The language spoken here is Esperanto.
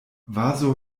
vazo